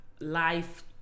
life